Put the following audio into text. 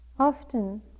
Often